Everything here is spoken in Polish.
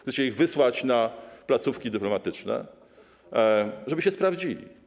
Chcecie ich wysłać na placówki dyplomatyczne, żeby się sprawdzili.